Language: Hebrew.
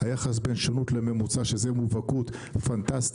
היחס בין שונות לממוצע שזה מובהקות פנטסטית,